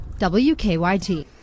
WKYT